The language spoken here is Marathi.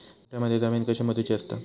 गुंठयामध्ये जमीन कशी मोजूची असता?